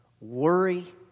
worry